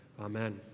Amen